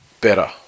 better